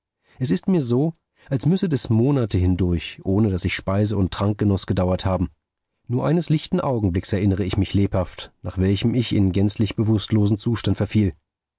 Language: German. es ist mir so als müsse das monate hindurch ohne daß ich speise und trank genoß gedauert haben nur eines lichten augenblicks erinnere ich mich lebhaft nach welchem ich in gänzlich bewußtlosen zustand verfiel